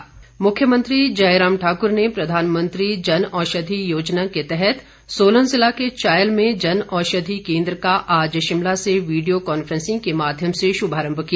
मुख्यमंत्री मुख्यमंत्री जयराम ठाक्र ने प्रधानमंत्री जन औषधि योजना के तहत सोलन जिला के चायल में जन औषधि केंद्र का आज शिमला से वीडियो कॉन्फ्रेंसिंग के माध्यम से श्भारंभ किया